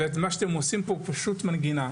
מה שאתם עושים פה זה פשוט מנגינה,